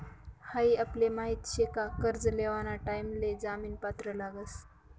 हाई आपले माहित शे का कर्ज लेवाना टाइम ले जामीन पत्र लागस